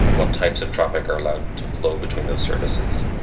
what types of traffic are allowed to flow between those services?